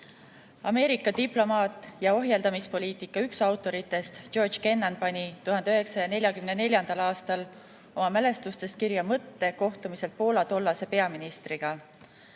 Ameerika diplomaat ja ohjeldamispoliitika üks autoritest George Kennan pani 1944. aastal oma mälestustes kirja mõtte kohtumiselt Poola tollase peaministriga: